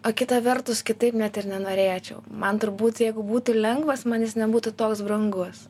o kita vertus kitaip net ir nenorėčiau man turbūt jeigu būtų lengvas man jis nebūtų toks brangus